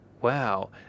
Wow